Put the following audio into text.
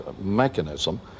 mechanism